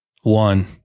One